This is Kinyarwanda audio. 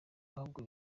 ahubwo